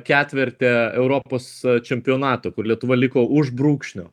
ketverte europos čempionato kur lietuva liko už brūkšnio